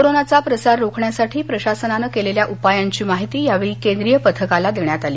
कोरोनाचा प्रसार रोखण्यासाठी प्रशासनानं केलेल्या उपायांची माहिती यावेळी केंद्रीय पथकाला देण्यात आली